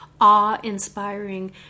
awe-inspiring